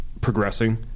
progressing